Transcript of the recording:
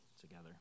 together